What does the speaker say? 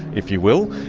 if you will.